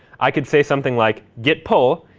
i could say something like git pull,